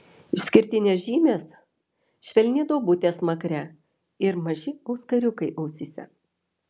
išskirtinės žymės švelni duobutė smakre ir maži auskariukai ausyse